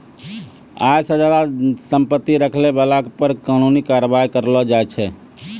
आय से ज्यादा संपत्ति रखै बाला पे कानूनी कारबाइ करलो जाय छै